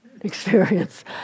experience